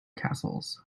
castles